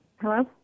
Hello